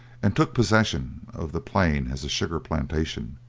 and took possession of the plain as a sugar plantation.